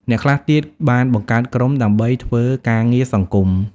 អ្នកខ្លះទៀតបានបង្កើតក្រុមដើម្បីធ្វើការងារសង្គម។